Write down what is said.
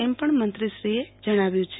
એમપણ મંત્રીશ્રીએ જણાવ્યું છે